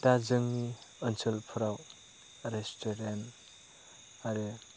दा जोंनि ओनसोलफोराव रेस्टुरेन्ट आरो